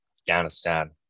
Afghanistan